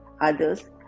others